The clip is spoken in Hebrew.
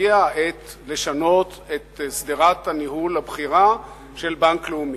הגיעה העת לשנות את שדרת הניהול הבכירה של בנק לאומי,